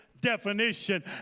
definition